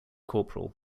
corporal